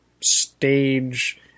stage